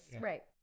Right